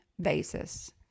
basis